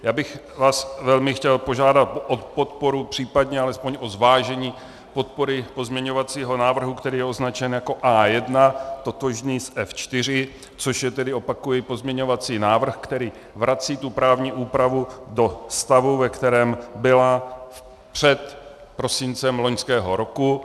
Já bych vás velmi chtěl požádat o podporu, případně alespoň o zvážení podpory pozměňovacího návrhu, který je označen jako A1 totožný s F4, což je tedy, opakuji, pozměňovací návrh, který vrací tu právní úpravu do stavu, ve kterém byla před prosincem loňského roku.